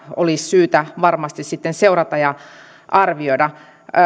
olisi syytä varmasti sitten seurata ja arvioida